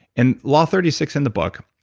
and law thirty six in the book.